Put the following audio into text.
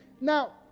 Now